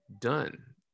done